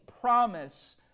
promise